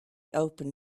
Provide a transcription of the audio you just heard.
open